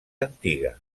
antiga